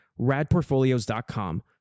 RadPortfolios.com